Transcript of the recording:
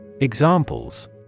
Examples